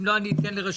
אם לא אני אתן לרשות